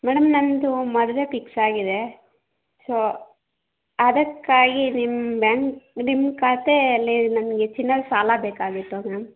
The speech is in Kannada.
ಮೇಡಮ್ ನಂದು ಮದುವೆ ಪಿಕ್ಸ್ ಆಗಿದೆ ಸೊ ಅದಕ್ಕಾಗಿ ನಿಮ್ಮ ಬ್ಯಾನ್ ನಿಮ್ಮ ಖಾತೆಯಲ್ಲಿ ನನಗೆ ಚಿನ್ನದ ಸಾಲ ಬೇಕಾಗಿತ್ತು ಮ್ಯಾಮ್